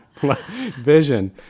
vision